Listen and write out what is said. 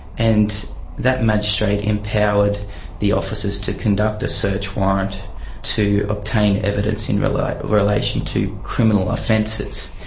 and that magistrate empowered the officers to conduct a search warrant to obtain evidence in relation relation to criminal offences.